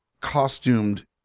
costumed